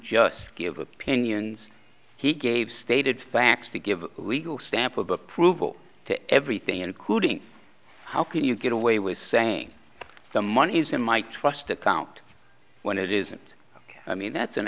just give opinions he gave stated facts to give legal stamp of approval to everything including how can you get away with saying the money is in my trust account when it isn't i mean that's an